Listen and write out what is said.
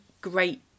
great